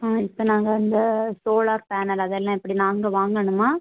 ஆ இப்போ நாங்கள் அந்து சோலார் பேனல் அதெல்லாம் எப்படி நாங்கள் வாங்கணுமா